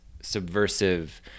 subversive